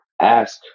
ask